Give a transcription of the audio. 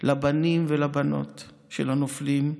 לבנים ולבנות של הנופלים,